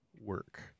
work